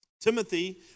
Timothy